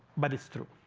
but it's true.